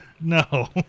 No